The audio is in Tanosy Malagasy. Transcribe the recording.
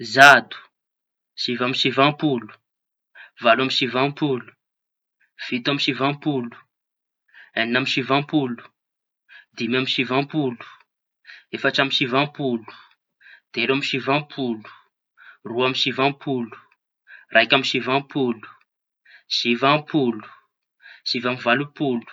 Zato, siva amby sivam-polo, valo amy sivam-polo, fito amy sivam-polo, eñina amy sivam-polo, dimy amy sivam-polo, efatra amy sivam-polo, telo amy sivam-polo, roa amy sivam-polo, raiky amy sivam-polo, sivam-polo, sivy amy valo-polo.